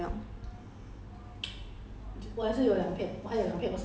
我 um eh 我还有几片 ginseng 的 mask 你要不要用